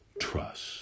Trust